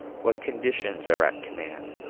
what conditions are at command,